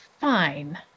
fine